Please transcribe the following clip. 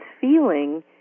feeling